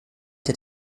der